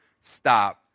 stop